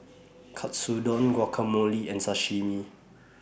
Katsudon Guacamole and Sashimi